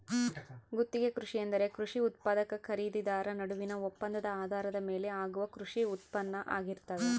ಗುತ್ತಿಗೆ ಕೃಷಿ ಎಂದರೆ ಕೃಷಿ ಉತ್ಪಾದಕ ಖರೀದಿದಾರ ನಡುವಿನ ಒಪ್ಪಂದದ ಆಧಾರದ ಮೇಲೆ ಆಗುವ ಕೃಷಿ ಉತ್ಪಾನ್ನ ಆಗಿರ್ತದ